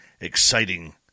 exciting